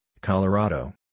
Colorado